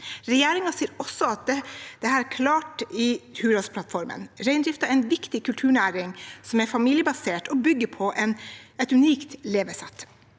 Regjeringen sier også dette klart i Hurdalsplattformen: Reindriften er en viktig kulturnæring som er familiebasert og bygger på et unikt levesett.